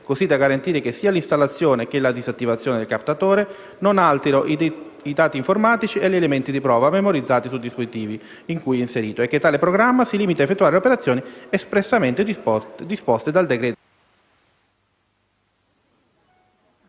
così da garantire che sia l'installazione sia la disattivazione del captatore non alterino i dati informatici e gli elementi di prova memorizzati sui dispositivi in cui è inserito, e che tale programma si limiti ad effettuare le operazioni espressamente disposte dal decreto